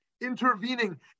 intervening